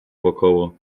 wokoło